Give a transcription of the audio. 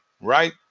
Right